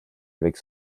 avec